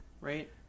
Right